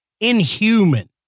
inhuman